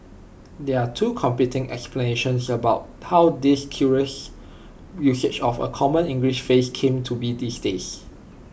there are two competing explanations about how this curious usage of A common English phrase came to be these days